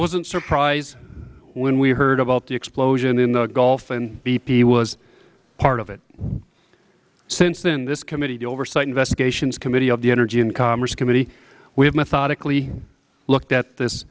wasn't surprised when we heard about the explosion in the gulf and bp was part of it since then this committee oversight investigation committee of the energy and commerce committee we have methodically looked at this